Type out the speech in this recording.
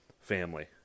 family